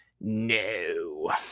no